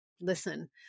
Listen